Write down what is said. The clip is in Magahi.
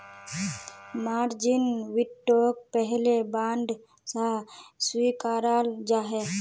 मार्जिन वित्तोक पहले बांड सा स्विकाराल जाहा